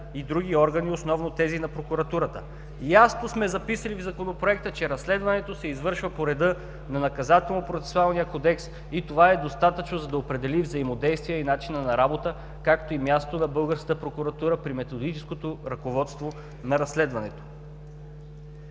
и други органи, основно тези на прокуратурата. Ясно сме записали в Законопроекта, че разследването се извършва по реда на Наказателно-процесуалния кодекс и това е достатъчно, за да определи взаимодействие и начина на работа, както и мястото на българската прокуратура при методическото ръководство на разследването.